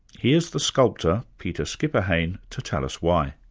here's the sculptor peter schipperheyn to tell us why.